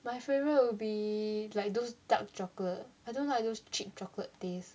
my favourite will be like those dark chocolate I don't like those cheap chocolate taste